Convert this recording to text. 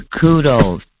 kudos